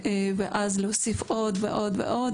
ואז להוסיף עוד ועוד ועוד,